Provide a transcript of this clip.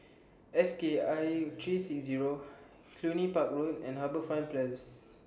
S K I three six Zero Cluny Park Road and HarbourFront Place